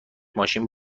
ماشین